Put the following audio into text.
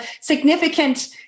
significant